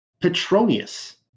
petronius